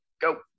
Go